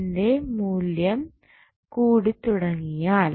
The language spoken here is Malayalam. ന്റെ മൂല്യം കൂടിതുടങ്ങിയാൽ